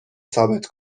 ثابت